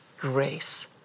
grace